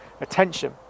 attention